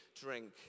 drink